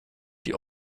die